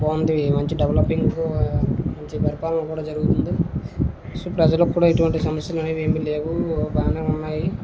బాగుంది మంచి డెవలపింగ్ మంచి పరిపాలన కూడా జరుగుతుంది సో ప్రజలకు కూడా ఎటువంటి సమస్యలు అనేవి ఏమి లేవు బాగా ఉన్నాయి